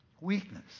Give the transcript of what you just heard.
Weakness